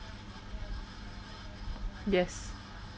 yes